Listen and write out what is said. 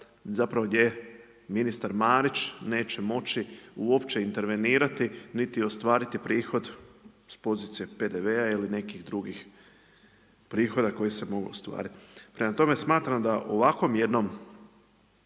zapravo gdje ministar Marić neće moći uopće intervenirati niti ostvariti prihod sa pozicije PDV-a ili nekih drugih prihoda koji se mogu ostvariti. Prema tome, smatram da ovakvom jednom